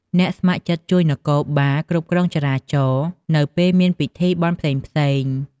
អ្នកស្ម័គ្រចិត្តជួយនគរបាលគ្រប់គ្រងចរាចរណ៍ នៅពេលមានពិធីបុណ្យផ្សេងៗ។